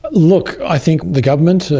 look, i think the government,